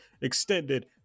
extended